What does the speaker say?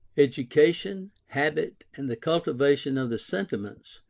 education, habit, and the cultivation of the sentiments,